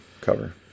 cover